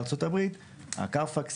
ה-Car fax